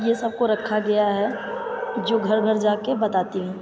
ये सब को रखा गया है जो घर घर जा कर बताती हैं